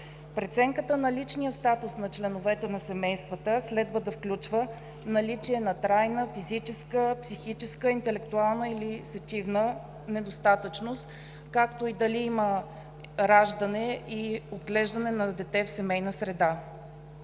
Преценката на личния статус на членовете на семействата следва да включва наличие на трайна физическа, психическа, интелектуална или сетивна недостатъчност, както и дали има раждане и отглеждане на дете в семейна среда.